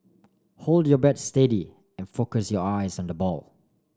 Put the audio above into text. hold your bat steady and focus your eyes on the ball